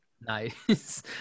Nice